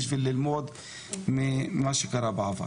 בשביל ללמוד ממה שקרה בעבר.